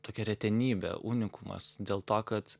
tokia retenybė unikumas dėl to kad